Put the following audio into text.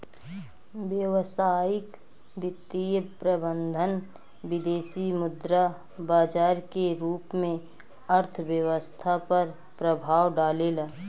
व्यावसायिक वित्तीय प्रबंधन विदेसी मुद्रा बाजार के रूप में अर्थव्यस्था पर प्रभाव डालेला